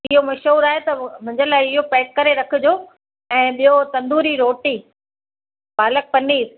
इहो मशहूरु आहे त मुंहिंजे लाइ इहो पैक करे रखिजो ऐं ॿियो तंदूरी रोटी पालक पनीर